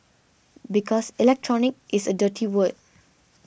because electronic is a dirty word